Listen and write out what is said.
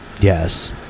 Yes